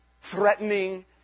threatening